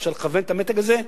אפשר לכוון את המתג הזה,